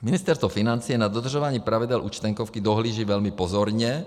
Ministerstvo financí na dodržování pravidel Účtenkovky dohlíží velmi pozorně.